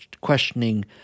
questioning